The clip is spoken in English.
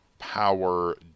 power